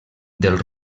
del